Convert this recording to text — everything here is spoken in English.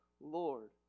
Lord